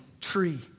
tree